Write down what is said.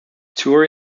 tour